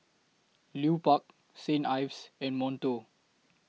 Lupark St Ives and Monto